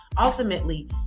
ultimately